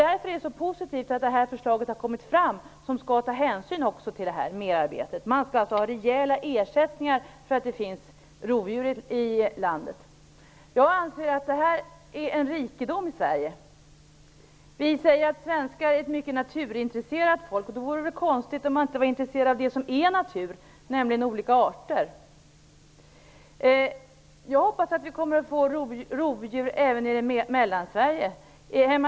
Därför är det positivt att det har kommit fram förslag om att man också skall ta hänsyn till merarbetet. Man skall alltså ha rejäl ersättning för att det finns rovdjur i landet. Jag anser att det är en rikedom för Sverige. Vi säger att svenska folket är ett mycket naturintresserat folk, och då vore det väl konstigt om man inte vore intresserad av det som är natur, nämligen olika arter. Jag hoppas att vi kommer att få rovdjur även i Mellansverige.